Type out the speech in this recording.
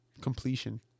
completion